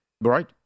Right